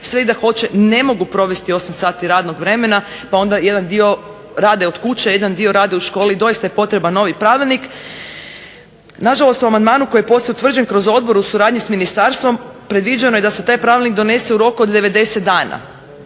sve i da hoće ne mogu provesti 8 sati radnog vremena pa onda jedan dio rade od kuće, jedan dio rade u školi i doista je potreban novi pravilnik. Nažalost, u amandmanu koji je poslije utvrđen kroz odbor u suradnji s ministarstvom predviđeno je da se taj pravilnik donese u roku od 90 dana.